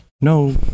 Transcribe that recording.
no